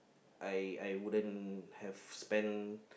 I I wouldn't have spend